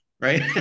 right